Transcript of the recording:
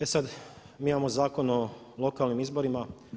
E sad, mi imamo Zakon o lokalnim izborima.